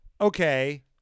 okay